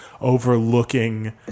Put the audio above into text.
overlooking